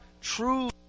true